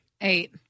eight